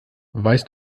weißt